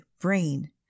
brain